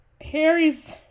Harry's